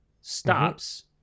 stops